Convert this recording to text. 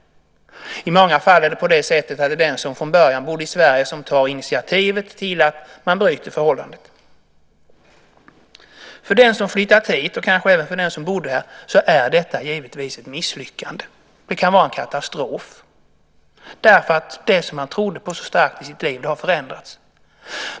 I många fall är det den som från början bodde i Sverige som tar initiativet till att bryta förhållandet. För den som flyttat hit, och kanske även för den som bodde här, är detta givetvis ett misslyckande. Det kan vara en katastrof då det man trodde på så starkt i sitt liv har förändrats.